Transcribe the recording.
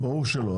ברור שלא.